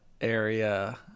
Area